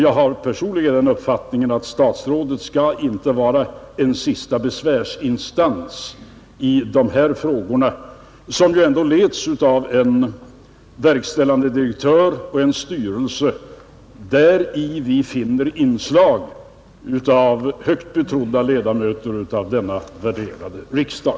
Jag har personligen den uppfattningen att statsrådet inte skall vara en sista besvärsinstans i de här frågorna, som ju ändå handläggs av en verkställande direktör och en styrelse, vari vi finner inslag av högt betrodda ledamöter av vår värderade riksdag.